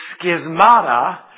schismata